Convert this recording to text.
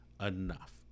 enough